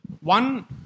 One